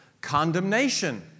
Condemnation